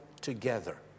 together